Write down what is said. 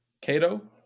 Cato